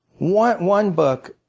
one one book